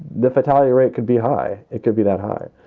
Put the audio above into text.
the fatality rate could be high. it could be that high.